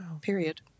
Period